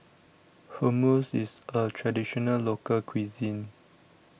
Hummus IS A Traditional Local Cuisine